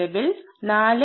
നിലവിൽ 4